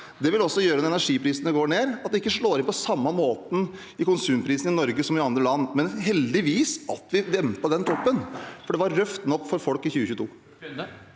Det vil også gjøre at energiprisene går ned, at det ikke slår inn på samme måten i konsumprisene i Norge som i andre land. Men heldigvis dempet vi den toppen, for det var røft nok for folk i 2022.